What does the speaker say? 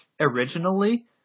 originally